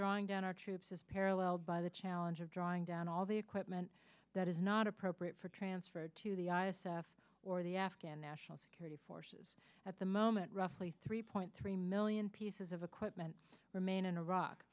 drawing down our troops is paralleled by the challenge of drawing down all the equipment that is not appropriate for transfer to the iris f or the afghan national security forces at the moment roughly three point three million pieces of equipment remain in iraq